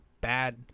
bad